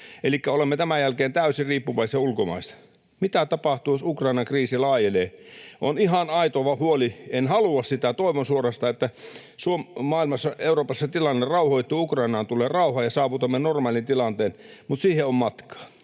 olemme tämän jälkeen täysin riippuvaisia ulkomaista. Mitä tapahtuu, jos Ukrainan kriisi laajenee? On ihan aito huoli. En halua sitä — toivon suorastaan, että maailmassa ja Euroopassa tilanne rauhoittuu, Ukrainaan tulee rauha ja saavutamme normaalin tilanteen, mutta siihen on matkaa.